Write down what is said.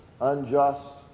unjust